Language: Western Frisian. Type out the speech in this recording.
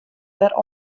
wer